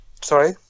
Sorry